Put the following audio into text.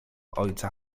ojca